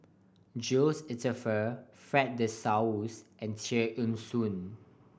Jules Itier Fred De Souza and Tear Ee Soon